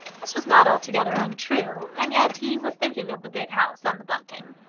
this was not altogether untrue, and yet he was thinking of the big house and the hunting.